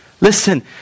Listen